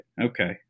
Okay